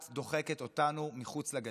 את דוחקת אותנו מחוץ לגדר,